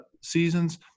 seasons